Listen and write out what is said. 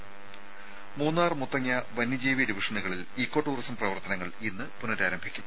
ത മൂന്നാർ മുത്തങ്ങ വന്യജീവി ഡിവിഷനുകളിൽ ഇക്കോ ടൂറിസം പ്രവർത്തനങ്ങൾ ഇന്ന് പുനഃരാരംഭിക്കും